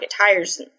tires